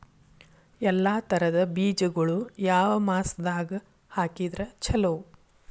ಎಲ್ಲಾ ತರದ ಬೇಜಗೊಳು ಯಾವ ಮಾಸದಾಗ್ ಹಾಕಿದ್ರ ಛಲೋ?